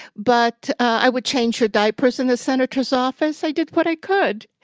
but i would change your diapers in the senator's office. i did what i could.